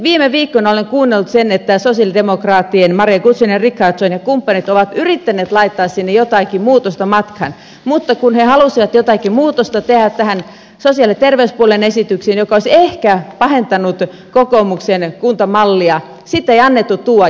viime viikkoina olen kuunnellut kuinka sosialidemokraattien maria guzenina richardson ja kumppanit ovat yrittäneet laittaa sinne jotakin muutosta matkaan mutta kun he halusivat jotakin muutosta tehdä sosiaali ja terveyspuolen esityksiin mikä olisi ehkä pahentanut kokoomuksen kuntamallia sitä ei annettu tuoda julki eikä esille